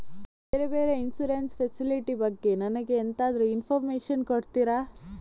ಬೇರೆ ಬೇರೆ insurance facility ಬಗ್ಗೆ ನನಗೆ ಎಂತಾದ್ರೂ ಇನ್ಫೋರ್ಮೇಷನ್ ಕೊಡ್ತೀರಾ?